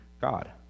God